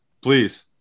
Please